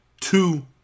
two